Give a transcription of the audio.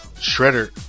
Shredder